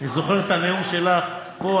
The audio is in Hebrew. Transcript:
אני זוכר את הנאום שלך פה,